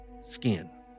skin